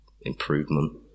improvement